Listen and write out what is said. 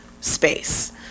space